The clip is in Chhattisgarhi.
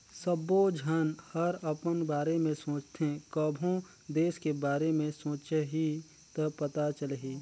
सबो झन हर अपन बारे में सोचथें कभों देस के बारे मे सोंचहि त पता चलही